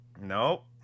Nope